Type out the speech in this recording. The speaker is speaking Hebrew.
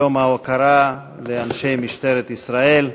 יום ההוקרה לאנשי משטרת ישראל.